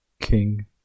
king